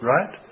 Right